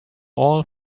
all